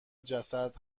جسد